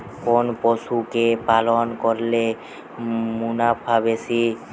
কোন পশু কে পালন করলে মুনাফা বেশি?